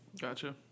Gotcha